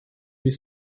huit